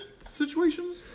situations